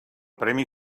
premi